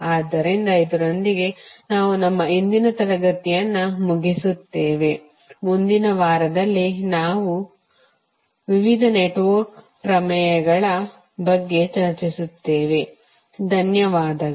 ಆದ್ದರಿಂದ ಇದರೊಂದಿಗೆ ನಾವು ಇಂದಿನ ತರಗತಿಯನ್ನು ಮುಗಿಸುತ್ತೇವೆ ಮುಂದಿನ ವಾರದಲ್ಲಿ ನಾವು ವಿವಿಧ ನೆಟ್ವರ್ಕ್ ಪ್ರಮೇಯಗಳ ಬಗ್ಗೆ ಚರ್ಚಿಸುತ್ತೇವೆ ಧನ್ಯವಾದಗಳು